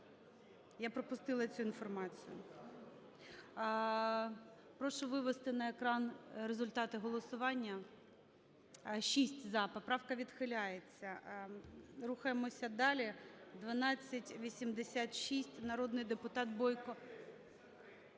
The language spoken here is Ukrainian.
Я пропустила цю інформацію. Прошу вивести на екран результати голосування: 6 – "за". Поправка відхиляється. Рухаємося далі. 1286, народний депутат Бойко.